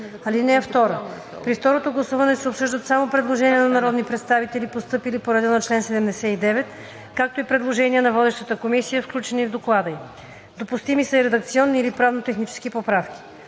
него. (2) При второто гласуване се обсъждат само предложения на народни представители, постъпили по реда на чл. 79, както и предложения на водещата комисия, включени в доклада ѝ. Допустими са и редакционни или правно-технически поправки.